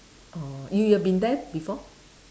orh you you have been there before